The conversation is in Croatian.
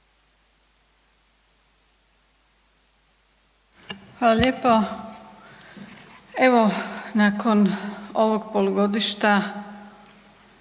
Hvala lijepo. Evo nakon ovog polugodišta